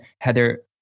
Heather